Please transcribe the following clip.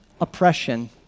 oppression